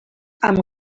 amb